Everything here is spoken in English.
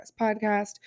Podcast